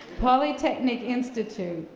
polytechnic institute,